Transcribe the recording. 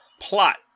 plot